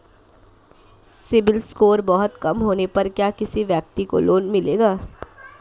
CIBIL score बहुत कम होने पर क्या किसी व्यक्ति को लोंन मिलेगा?